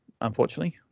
unfortunately